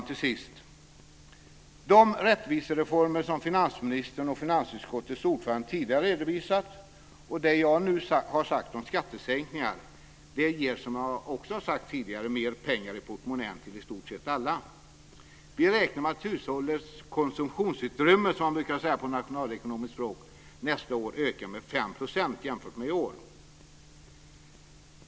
Till sist: De rättvisereformer som finansministern och finansutskottets ordförande tidigare redovisat och det som jag nu har sagt om skattesänkningar ger, som jag också har sagt tidigare, mer pengar i portmonnän för i stort sett alla. Vi räknar med att hushållens konsumtionsutrymme, som man brukar säga på nationalekonomiskt språk, nästa år ökar med 5 % jämfört med i år.